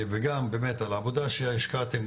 וגם באמת על העבודה שהשקעתם,